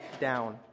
down